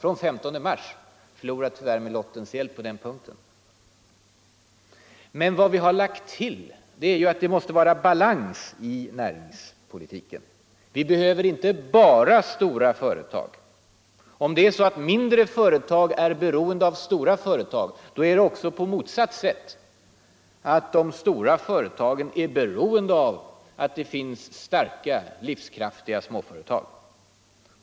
Vi förlorade tyvärr genom lottens utslag på den punkten. Men vad vi har lagt till är att det måste vara balans i näringspolitiken. Vi behöver inte bara stora företag. Om det är så att mindre företag är beroende av stora företag, är det också på motsatt sätt: de stora företagen är beroende av att det finns starka och livskraftiga småföretag.